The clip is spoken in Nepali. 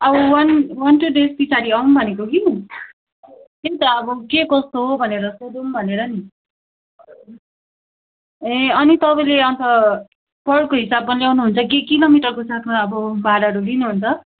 अब वन वन टू डेज पछाडि आऊँ भनेको कि त्यही त अब के कस्तो हो भनेर सोधौँ भनेर नि ए अनि तपाईँले अन्त परको हिसाब ल्याउनु हुन्छ कि किलोमिटर साथमा अब भाडाहरू लिनुहुन्छ